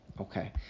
Okay